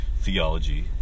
theology